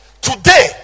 Today